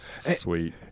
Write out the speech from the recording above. sweet